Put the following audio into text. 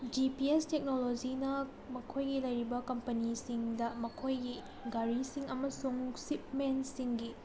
G P S ꯇꯦꯛꯅꯣꯂꯣꯖꯤꯅ ꯃꯈꯣꯏꯒꯤ ꯂꯩꯔꯤꯕ ꯀꯝꯄꯅꯤꯁꯤꯡꯗ ꯃꯈꯣꯏꯒꯤ ꯒꯥꯔꯤꯁꯤꯡ ꯑꯃꯁꯨꯡ ꯁꯤꯞꯃꯦꯟꯁꯤꯡꯒꯤ